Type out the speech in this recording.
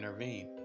intervene